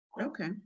Okay